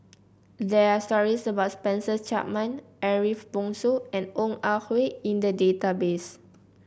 there are stories about Spencer Chapman Ariff Bongso and Ong Ah Hoi in the database